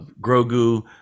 Grogu